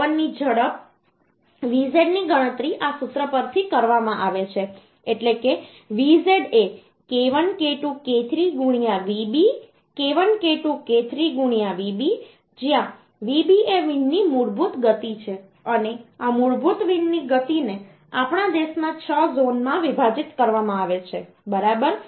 પવનની ઝડપ Vz ની ગણતરી આ સૂત્ર પરથી કરવામાં આવે છે એટલે કે Vz એ k1 k2 k3 Vb k1 k2 k3 Vb જ્યાં Vb એ વિન્ડની મૂળભૂત ગતિ છે અને આ મૂળભૂત વિન્ડની ગતિને આપણા દેશમાં છ ઝોનમાં વિભાજિત કરવામાં આવે છે બરાબર